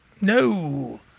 No